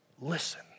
Listen